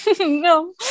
No